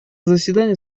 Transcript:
заседание